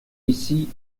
ici